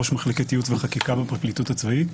ראש מחלקת ייעוץ וחקיקה בפרקליטות הצבאית.